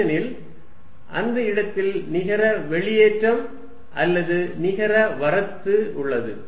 ஏனெனில் அந்த இடத்தில் நிகர வெளியேற்றம் அல்லது நிகர வரத்து உள்ளது